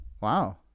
wow